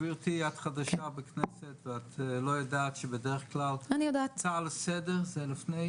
גברתי את חדשה בכנסת ואת לא יודעת שבדרך כלל קריאה לסדר זה לפני